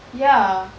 ya